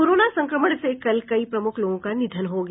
corona संक्रमण से कल कई प्रमुख लोगों का निधन हो गया